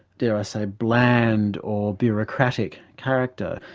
dare i say, bland or bureaucratic character.